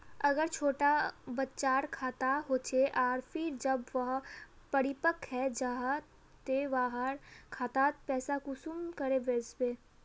अगर छोटो बच्चार खाता होचे आर फिर जब वहाँ परिपक है जहा ते वहार खातात पैसा कुंसम करे वस्बे?